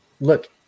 look